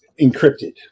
encrypted